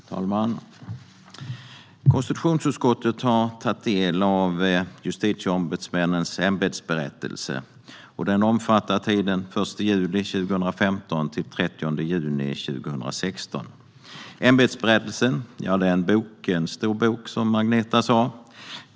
Herr talman! Konstitutionsutskottet har tagit del av Justitieombudsmännens ämbetsberättelse . Den omfattar tiden från och med den 1 juli 2015 till och med den 30 juni 2016. Ämbetsberättelsen är en stor bok, som Agneta sa.